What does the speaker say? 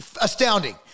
astounding